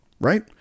right